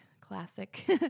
classic